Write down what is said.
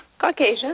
Caucasian